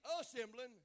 assembling